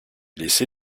laissé